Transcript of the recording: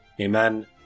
Amen